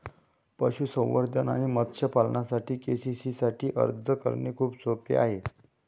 पशुसंवर्धन आणि मत्स्य पालनासाठी के.सी.सी साठी अर्ज करणे खूप सोपे आहे